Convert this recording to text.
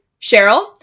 Cheryl